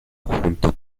junto